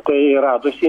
kai radosi